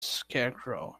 scarecrow